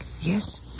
Yes